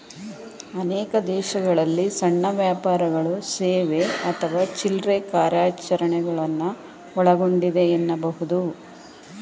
ಅನೇಕ ದೇಶಗಳಲ್ಲಿ ಸಣ್ಣ ವ್ಯಾಪಾರಗಳು ಸೇವೆ ಅಥವಾ ಚಿಲ್ರೆ ಕಾರ್ಯಾಚರಣೆಗಳನ್ನ ಒಳಗೊಂಡಿದೆ ಎನ್ನಬಹುದು